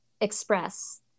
express